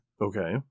Okay